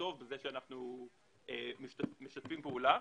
שאנחנו משתפים פעולה,